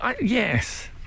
yes